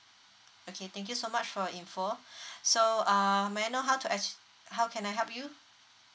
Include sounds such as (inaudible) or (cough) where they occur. okay thank you so much for your info (breath) so uh may I know how to act~ how can I help you